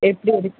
எப்படி எடுக்க